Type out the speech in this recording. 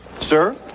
Sir